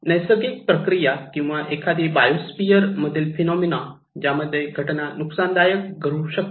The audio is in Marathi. नैसर्गिक प्रक्रिया किंवा एखादी बायोस्फियर मधली फिनोमना ज्यामध्ये ती घटना नुकसानदायक ठरू शकेल